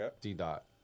D-Dot